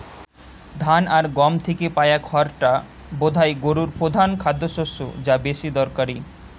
ধান আর গম থিকে পায়া খড়টা বোধায় গোরুর পোধান খাদ্যশস্য যা বেশি দরকারি